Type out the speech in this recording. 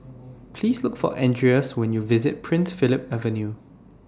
Please Look For Andreas when YOU visit Prince Philip Avenue